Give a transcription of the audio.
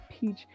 peach